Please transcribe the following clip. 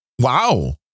Wow